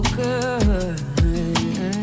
good